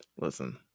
Listen